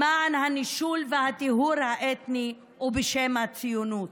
למען הנישול והטיהור האתני ובשם הציונות.